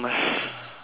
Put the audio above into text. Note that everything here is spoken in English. okay